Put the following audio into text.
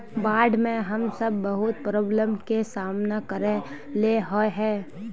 बाढ में हम सब बहुत प्रॉब्लम के सामना करे ले होय है?